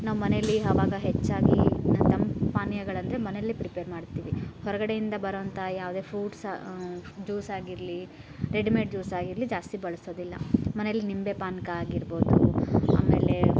ನಾವು ಮನೆಯಲ್ಲಿ ಅವಾಗ ಹೆಚ್ಚಾಗಿ ತಂಪು ಪಾನೀಯಗಳಂದರೆ ಮನೆಯಲ್ಲೇ ಪ್ರಿಪೇರ್ ಮಾಡ್ತೀವಿ ಹೊರಗಡೆಯಿಂದ ಬರುವಂಥ ಯಾವುದೇ ಫ್ರೂಟ್ಸ ಜ್ಯೂಸ್ ಆಗಿರಲಿ ರೆಡಿಮೇಡ್ ಜ್ಯೂಸ್ ಆಗಿರಲಿ ಜಾಸ್ತಿ ಬಳಸೋದಿಲ್ಲ ಮನೆಯಲ್ಲಿ ನಿಂಬೇ ಪಾನಕ ಆಗಿರ್ಬೋದು ಆಮೇಲೆ